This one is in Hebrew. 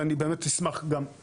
ואני באמת אשמח גם,